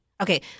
Okay